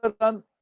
done